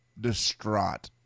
distraught